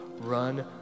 Run